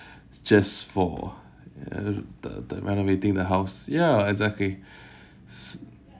just for uh th~ th~ renovating the house ya exactly s~